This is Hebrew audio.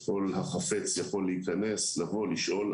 כל החפץ יכול להיכנס, לבוא, לשאול.